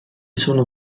sono